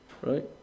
right